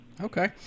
Okay